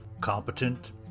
competent